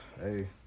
hey